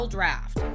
Draft